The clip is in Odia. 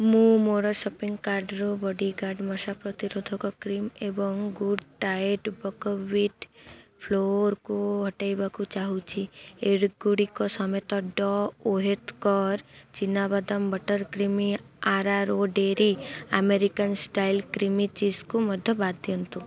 ମୁଁ ମୋର ସପିଂ କାର୍ଟରୁ ବଡ଼ିଗାର୍ଡ଼୍ ମଶା ପ୍ରତିରୋଧକ କ୍ରିମ୍ ଏବଂ ଗୁଡ଼୍ ଡାଏଟ୍ ବକହ୍ୱିଟ୍ ଫ୍ଲୋର୍କୁ ହଟାଇବାକୁ ଚାହୁଁଛି ଏଗୁଡ଼ିକ ସମେତ ଡ ଓହେଦତ୍କର ଚିନାବାଦାମ ବଟର୍ କ୍ରିମି ଆର୍ ଆର୍ ଓ ଡେରି ଆମେରିକାନ୍ ଷ୍ଟାଇଲ୍ କ୍ରିମ୍ ଚିଜ୍କୁ ମଧ୍ୟ ବାଦ୍ ଦିଅନ୍ତୁ